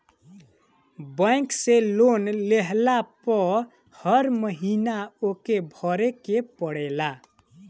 bank से loan लेहला पअ हर महिना ओके भरे के पड़ेला